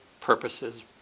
purposes